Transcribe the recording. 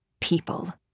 People